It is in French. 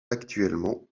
actuellement